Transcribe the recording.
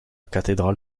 cathédrale